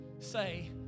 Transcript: say